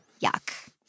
Yuck